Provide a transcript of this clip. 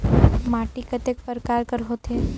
माटी कतेक परकार कर होथे?